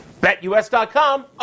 BetUS.com